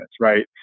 right